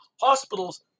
hospitals